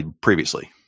previously